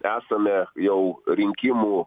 esame jau rinkimų